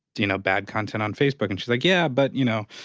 you know, bad content on facebook. and she's like, yeah. but, you know,